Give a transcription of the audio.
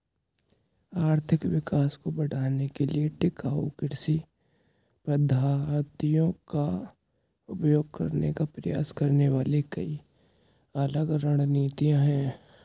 आर्थिक विकास को बढ़ाने के लिए टिकाऊ कृषि पद्धतियों का उपयोग करने का प्रयास करने वाली कई अलग रणनीतियां हैं